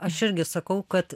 aš irgi sakau kad